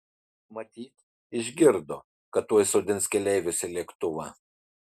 matyt išgirdo kad tuoj sodins keleivius į lėktuvą